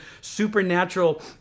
supernatural